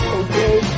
okay